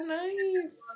nice